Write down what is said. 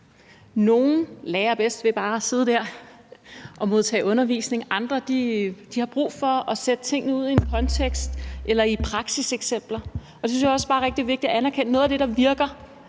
Nogle lærer bedst ved bare at sidde der og modtage undervisning, andre har brug for at sætte tingene ud i en kontekst eller i praksiseksempler. Og jeg synes bare også, det er rigtig vigtigt at anerkende, at noget af det, der virker